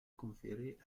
conféré